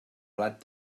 blat